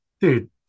dude